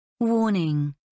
Warning